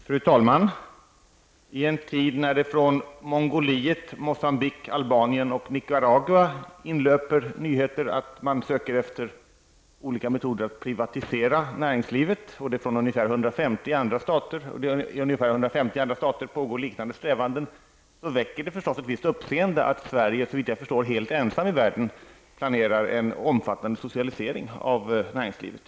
Fru talman! I en tid när det från Mongoliet, Moçambique, Albanien och Nicaragua inlöper nyheter om att man söker efter olika metoder att privatisera näringslivet, och när det i ungefär 150 andra stater pågår liknande strävanden, så väcker det förstås ett visst uppseende att Sverige -- såvitt jag förstår helt ensamt i världen -- planerar en omfattande socialisering av näringslivet.